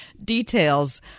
details